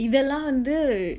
இதெல்லா வந்து:ithellaa vanthu